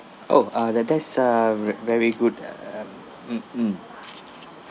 oh uh that that's a ve~ very good uh mm mm